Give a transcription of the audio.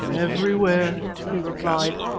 everywhere, he replied,